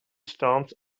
storms